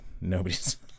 nobody's